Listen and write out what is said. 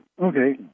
Okay